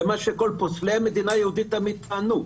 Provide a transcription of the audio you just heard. זה כל מה שפוסלי המדינה היהודית תמיד טענו.